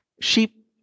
Sheep